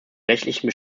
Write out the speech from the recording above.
rechtlichen